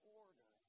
order